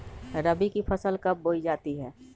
रबी की फसल कब बोई जाती है?